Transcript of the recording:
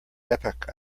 epoch